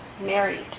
married